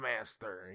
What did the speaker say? master